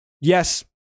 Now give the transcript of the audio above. yes